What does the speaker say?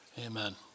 amen